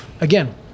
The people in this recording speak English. again